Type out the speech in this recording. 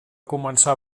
començar